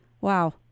Wow